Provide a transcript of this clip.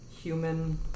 human